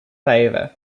favor